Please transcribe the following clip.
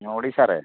ᱱᱚᱣᱟ ᱳᱰᱤᱥᱟ